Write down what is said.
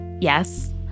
Yes